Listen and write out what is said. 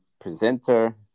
presenter